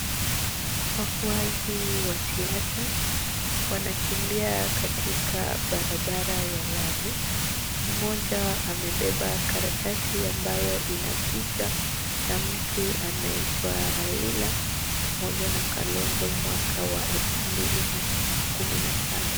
Wafuasi wa siasa wanakimbia katika barabara ya lami. Mmoja amebeba karatasi ambayo ina picha ya mtu anaiywa Raila pamoja na Kalonzo mwaka wa elfu mbili na kumi na saba.